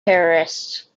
terrorists